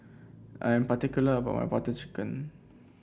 I'm particular about my Butter Chicken